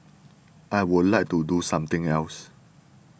I would like to do something else